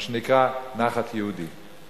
מה שנקרא: נחת יהודית.